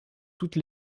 toutes